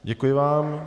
Děkuji vám.